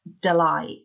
delight